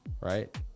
right